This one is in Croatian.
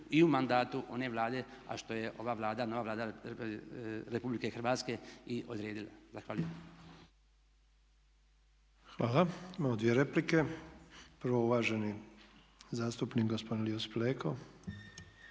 i u mandatu one Vlade a što je ova Vlada nova Vlada Republike Hrvatske i odredila. Zahvaljujem. **Sanader, Ante (HDZ)** Hvala. Imamo dvije replike. Prva uvaženi zastupnik gospodin Josip Leko.